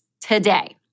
today